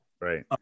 Right